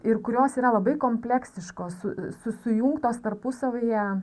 ir kurios yra labai kompleksiškos su sujungtos tarpusavyje